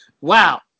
wow